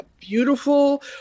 beautiful